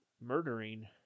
murdering